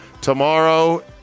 tomorrow